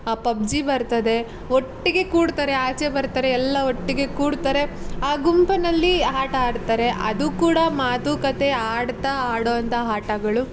ಆ ಪಬ್ಜಿ ಬರ್ತದೆ ಒಟ್ಟಿಗೆ ಕೂಡ್ತಾರೆ ಆಚೆ ಬರ್ತಾರೆ ಎಲ್ಲ ಒಟ್ಟಿಗೆ ಕೂಡ್ತಾರೆ ಆ ಗುಂಪಿನಲ್ಲಿ ಆಟ ಆಡ್ತಾರೆ ಅದು ಕೂಡ ಮಾತುಕತೆ ಆಡ್ತಾ ಆಡುವಂಥ ಆಟಗಳು